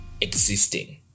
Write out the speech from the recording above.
existing